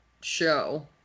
show